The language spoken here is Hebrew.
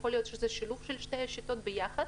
יכול להיות שזה שילוב של שתי השיטות ביחד.